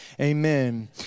amen